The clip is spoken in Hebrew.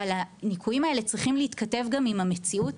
אבל הניכויים האלה צריכים להתכתב גם עם המציאות,